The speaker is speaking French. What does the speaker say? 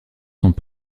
sont